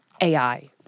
AI